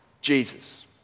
Jesus